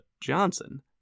Johnson